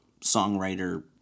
songwriter